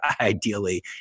ideally